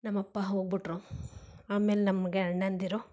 ನಮ್ಮ ಅಪ್ಪ ಹೋಗಿಬಿಟ್ರು ಆಮೇಲೆ ನಮಗೆ ಅಣ್ಣಂದಿರು